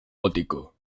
gótico